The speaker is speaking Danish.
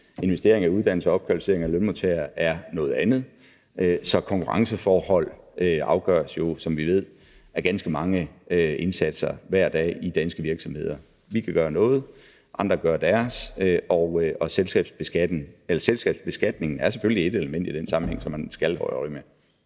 investering i uddannelse og opkvalificering af lønmodtagere er noget andet, så konkurrenceforhold afgøres jo, som vi ved, af ganske mange indsatser hver dag i de danske virksomheder. Vi kan gøre noget, andre kan gøre deres, og selskabsbeskatningen er selvfølgelig et element i den sammenhæng, som man skal holde øje med.